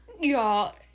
y'all